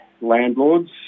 landlords